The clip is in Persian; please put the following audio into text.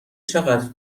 چقدر